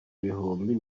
ibihumbi